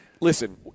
listen